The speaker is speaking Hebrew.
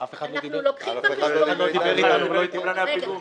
אף אחד לא דיבר איתנו ולא עם קבלני הפיגום.